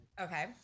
Okay